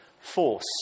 force